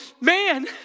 man